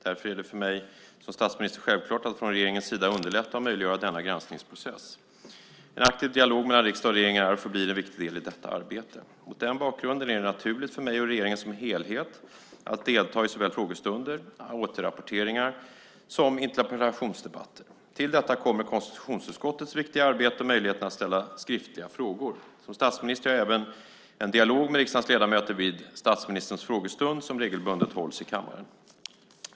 Därför är det för mig som statsminister självklart att från regeringens sida underlätta och möjliggöra denna granskningsprocess. En aktiv dialog mellan riksdag och regering är och förblir en viktig del i detta arbete. Mot den bakgrunden är det naturligt för mig och regeringen som helhet att delta i såväl frågestunder, återrapporteringar som interpellationsdebatter. Till detta kommer konstitutionsutskottets viktiga arbete och möjligheten att ställa skriftliga frågor. Som statsminister har jag även en dialog med riksdagens ledamöter vid statsministerns frågestund, som regelbundet hålls i kammaren.